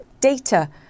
data